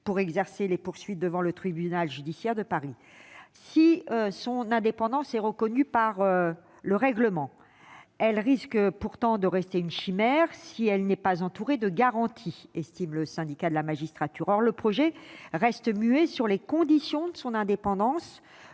et exercera les poursuites devant le tribunal judiciaire de Paris. « Si son indépendance est reconnue par le règlement, elle risque pourtant de rester une chimère si elle n'est pas entourée de garanties », estime le Syndicat de la magistrature. Or le projet reste muet sur les conditions de cette indépendance,